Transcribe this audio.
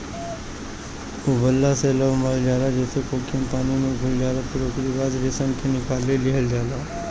उबालला से लार्वा मर जाला जेसे कोकून पानी में घुल जाला फिर ओकरी बाद रेशम के निकाल लिहल जाला